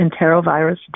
enterovirus